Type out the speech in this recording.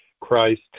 christ